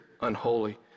unholy